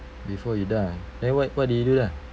before you die then what what did you do there